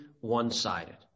one-sided